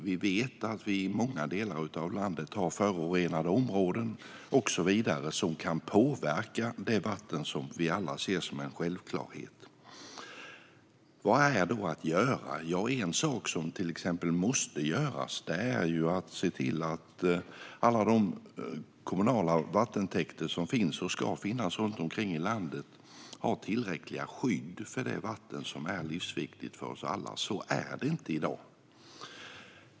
Vi vet att vi i många delar av landet har förorenade områden och så vidare, som kan påverka det vatten som vi alla ser som en självklarhet. Vad finns då att göra? Ja, en sak som till exempel måste göras är att se till att alla de kommunala vattentäkter som finns och ska finnas runt omkring i landet har tillräckliga skydd för det vatten som är livsviktigt för oss alla. Så är det inte i dag.